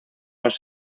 los